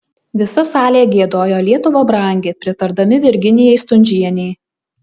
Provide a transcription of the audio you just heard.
visa salė giedojo lietuva brangi pritardami virginijai stundžienei